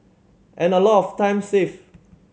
and a lot of time saved